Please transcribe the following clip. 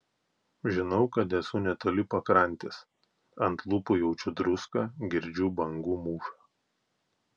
žinau kad esu netoli pakrantės ant lūpų jaučiu druską girdžiu bangų mūšą